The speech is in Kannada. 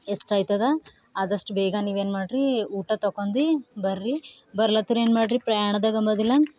ಎಷ್ಟ್ ಆಯ್ತದೆ ಆದಷ್ಟು ಬೇಗ ನೀವು ಏನು ಮಾಡಿರಿ ಊಟ ತೊಕೊಂಡಿ ಬರ್ರಿ ಬರ್ಲತ್ತರ ಏನು ಮಾಡಿರಿ ಪ್ರಯಾಣದಾಗ ಮೊದಲು